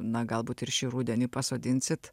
na galbūt ir šį rudenį pasodinsit